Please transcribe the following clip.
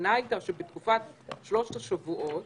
הכוונה הייתה שבתקופת שלושת השבועות,